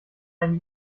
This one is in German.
eine